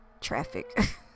traffic